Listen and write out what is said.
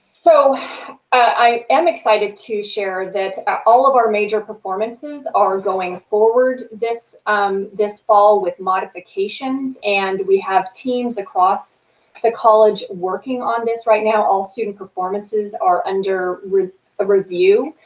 so i am excited to share that all of our major performances are going forward this um this fall with modifications, and we have teams across the college working on this right now. all student performances are under ah review.